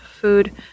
food